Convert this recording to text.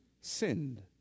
sinned